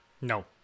No